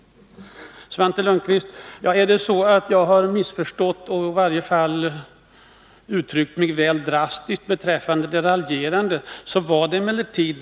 Svante Lundkvist sade att jag har missförstått honom. Jag uttryckte mig kanske väl drastiskt när jag sade att Svante Lundkvist raljerade.